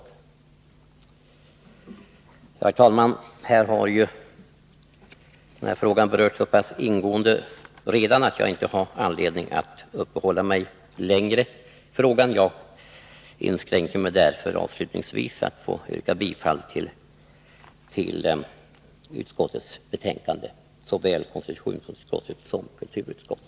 Herr talman! Frågan har redan berörts så ingående att jag inte har Nr 162 anledning att uppehålla mig längre vid den. Jag inskränker mig därför till att Onsdagen den avslutningsvis yrka bifall till såväl konstitutionsutskottets som kulturutskot 2 juni 1982 tets hemställan.